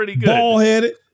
ball-headed